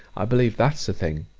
i believe that's the thing.